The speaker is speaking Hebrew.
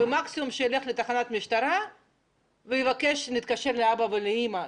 מקסימום שילך לתחנת משטרה ויבקש להתקשר לאבא ולאימא.